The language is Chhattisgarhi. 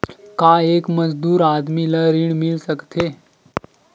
का एक मजदूर आदमी ल ऋण मिल सकथे?